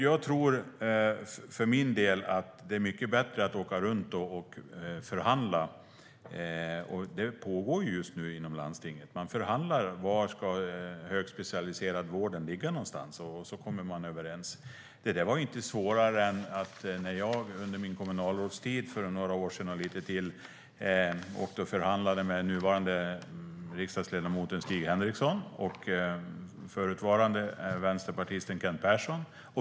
Jag tror för min del att det är mycket bättre att åka runt och förhandla. Och det pågår just nu inom landstinget. Man förhandlar. Var ska den högspecialiserade vården ligga någonstans? Och så kommer man överens. Det är inte svårare än när jag under min kommunalrådstid för några år sedan och lite till åkte och förhandlade med nuvarande riksdagsledamoten Stig Henriksson och förutvarande vänsterpartisten Kent Persson.